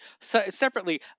Separately